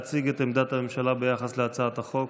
להציג את עמדת הממשלה ביחס להצעת החוק.